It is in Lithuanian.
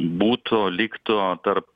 būtų liktų tarp